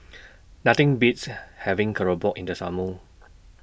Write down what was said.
Nothing Beats having Keropok in The Summer